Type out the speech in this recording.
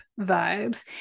vibes